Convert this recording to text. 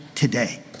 Today